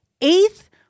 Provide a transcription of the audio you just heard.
eighth